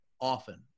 often